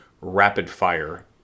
rapid-fire